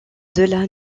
delà